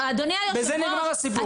בזה נגמר הסיפור.